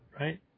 right